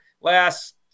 Last